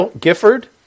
Gifford